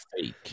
fake